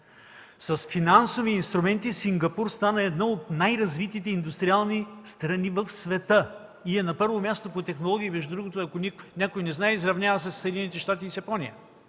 С финансови инструменти Сингапур стана една от най-развитите индустриални страни в света и е на първо място по технологии. Между другото, ако някой не знае, изравнява се със Съединените щати и с Япония,